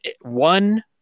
one